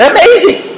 Amazing